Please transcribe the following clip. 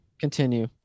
Continue